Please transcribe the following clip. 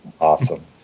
awesome